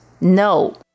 no